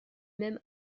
même